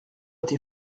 été